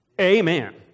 Amen